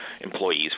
employees